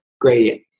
gradient